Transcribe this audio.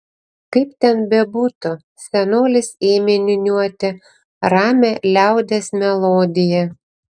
kaip ten bebūtų senolis ėmė niūniuoti ramią liaudies melodiją